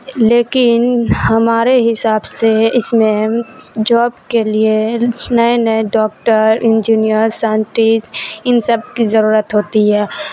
لیکن ہمارے حساب سے اس میں جاب کے لیے نئے نئے ڈاکٹر انجینئر سائنٹسٹ ان سب کی ضرورت ہوتی ہے